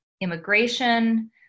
immigration